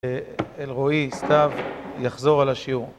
אלרועי, סתיו, יחזור על השיעור.